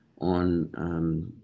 On